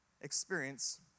experience